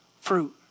fruit